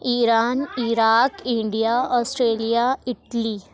Iran Iraq India Australia Italy